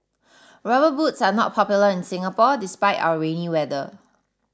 rubber boots are not popular in Singapore despite our rainy weather